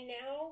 now